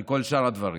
על כל שאר הדברים.